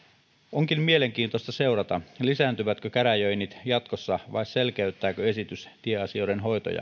onkin mielenkiintoista seurata lisääntyvätkö käräjöinnit jatkossa vai selkeyttääkö esitys tieasioiden hoitoa